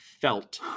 felt